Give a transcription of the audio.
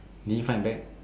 did he fight back